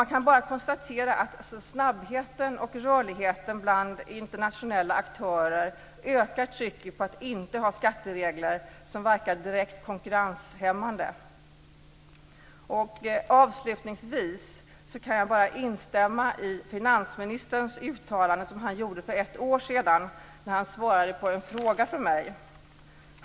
Man kan bara konstatera att snabbheten och rörligheten bland internationella aktörer ökar trycket på att inte ha skatteregler som verkar direkt konkurrenshämmande. Avslutningsvis kan jag bara instämma i finansministerns uttalande, som han gjorde för ett år sedan när han svarade på en fråga från mig.